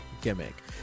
gimmick